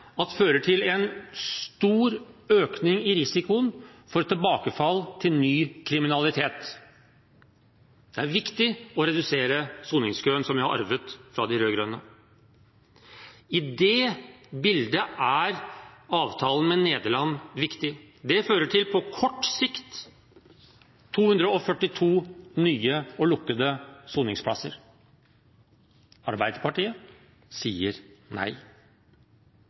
fører til en stor økning i risikoen for tilbakefall til ny kriminalitet. Det er viktig å redusere soningskøen som vi har arvet fra de rød-grønne. I det bildet er avtalen med Nederland viktig. Det fører på kort sikt til 242 nye og lukkede soningsplasser. Arbeiderpartiet sier nei.